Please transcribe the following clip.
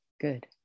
good